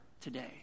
today